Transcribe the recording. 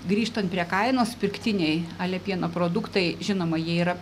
grįžtant prie kainos pirktiniai ale pieno produktai žinoma jie yra